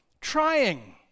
trying